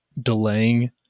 delaying